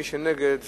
מי שנגד,